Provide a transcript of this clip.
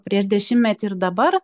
prieš dešimtmetį ir dabar